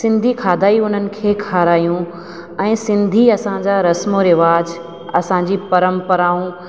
सिंधी खाधा ई उन्हनि खे खारायूं ऐं सिंधी असांजा रस्मो रवाज असांजी परंपराऊं